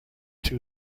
two